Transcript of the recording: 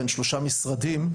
בין שלושה משרדים,